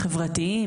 אתגרים חברתיים,